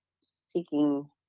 seeking